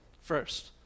first